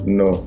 no